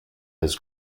has